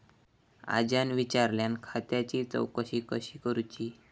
आज्यान विचारल्यान खात्याची चौकशी कशी करुची?